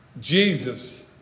Jesus